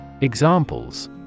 Examples